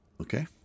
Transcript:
Okay